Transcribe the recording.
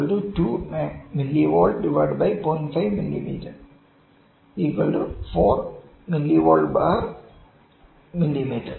5 mm എൽവിഡിടിയുടെ sensitivity 4 mVmm